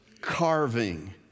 carving